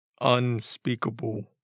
unspeakable